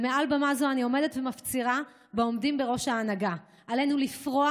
ומעל במה זו אני עומדת ומפצירה בעומדים בראש ההנהגה: עלינו לפרוע